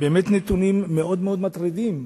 באמת נתונים מאוד מאוד מטרידים,